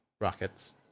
rockets